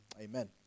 Amen